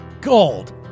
gold